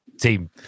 team